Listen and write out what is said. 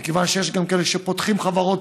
מכיוון שיש גם כאלה שפותחים חברות,